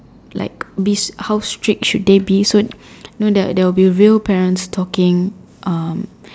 like be how strict should they be so you know there will be real parents talking um